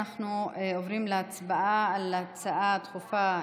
אנחנו עוברים להצבעה על ההצעה הדחופה,